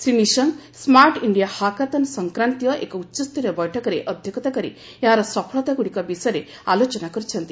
Shri Nishank smart India hackathon ସଂକ୍ରାନ୍ତୀୟ ଏକ ଉଚ୍ଚସ୍ତରୀୟ ବୈଠକରେ ଅଧ୍ୟକ୍ଷତା କରି ଏହାର ସଫଳତାଗୁଡ଼ିକ ବିଷୟରେ ଆଲୋଚନା କରିଛନ୍ତି